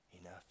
enough